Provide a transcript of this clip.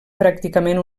pràcticament